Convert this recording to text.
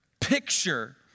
picture